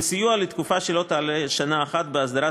וסיוע לתקופה שלא תעלה על שנה אחת בהסדרת